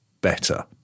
better